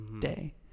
Day